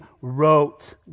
wrote